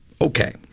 okay